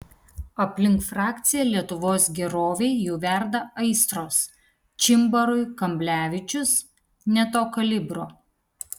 aplink frakciją lietuvos gerovei jau verda aistros čimbarui kamblevičius ne to kalibro